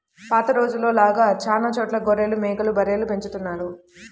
పాత రోజుల్లో లాగా చానా చోట్ల గొర్రెలు, మేకలు, బర్రెల్ని పెంచుతున్నారు